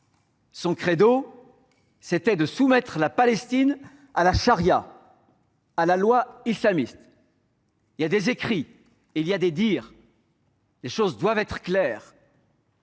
libérer, mais de soumettre la Palestine à la charia, à la loi islamiste. Il existe des écrits et des dires : les choses doivent être claires